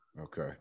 Okay